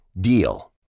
DEAL